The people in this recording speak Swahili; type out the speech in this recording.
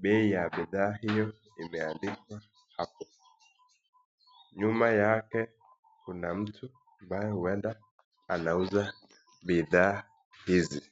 bei ya bidhaa hiyo imeandikwa hapo, nyuma yake kuna mtu ambaye huenda anauza bidhaa hizi.